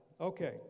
Okay